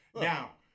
now